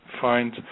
find